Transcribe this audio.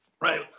right